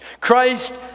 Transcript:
Christ